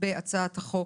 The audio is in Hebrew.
בהצעת חוק